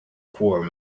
quorum